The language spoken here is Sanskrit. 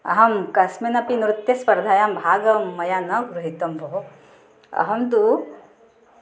अहं कस्मिन्नपि नृत्यस्पर्धायां भागं मया न गृहीतं भोः अहं तु